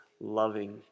loving